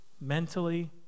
mentally